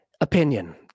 Opinion